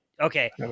Okay